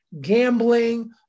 gambling